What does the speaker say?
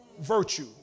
virtue